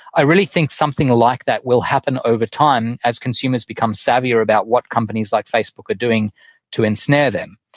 i really think something like that will happen over time as consumers become savvier about what companies like facebook are doing to ensnare them.